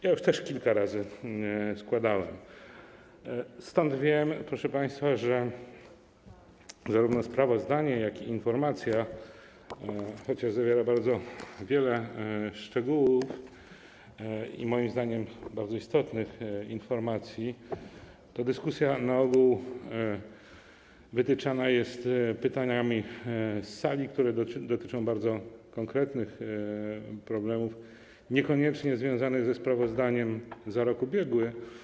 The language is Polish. Ja też kilka razy składałem, stąd wiem, proszę państwa, że zarówno w przypadku sprawozdania, jak i informacji, chociaż zawierają bardzo wiele szczegółów i bardzo istotnych, moim zdaniem, informacji, dyskusja na ogół wytyczana jest pytaniami z sali, które dotyczą bardzo konkretnych problemów, niekoniecznie związanych ze sprawozdaniem za rok ubiegły.